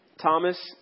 Thomas